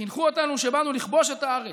חינכו אותנו שבאנו לכבוש את הארץ,